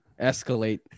Escalate